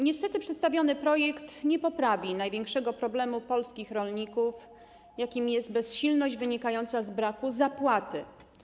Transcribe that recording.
Niestety przedstawiony projekt nie rozwiąże największego problemu polskich rolników, jakim jest bezsilność wynikająca z braku zapłaty.